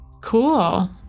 Cool